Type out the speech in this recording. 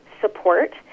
support